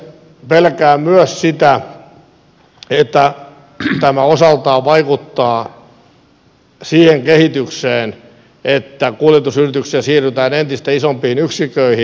pelkään myös sitä että tämä osaltaan vaikuttaa siihen kehitykseen että kuljetusyrityksissä siirrytään entistä isompiin yksiköihin